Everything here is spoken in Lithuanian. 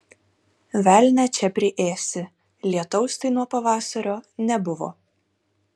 velnią čia priėsi lietaus tai nuo pavasario nebuvo